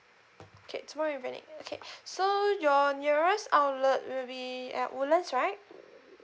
okay tomorrow evening okay so your nearest outlet will be at woodlands right